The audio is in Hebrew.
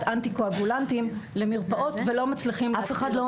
אנטיקואגולנטים למרפאות ולא מצליחים להציל אותם.